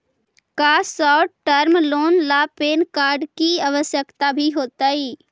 का short term loan ला PAN card की आवश्यकता भी होतइ